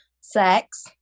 sex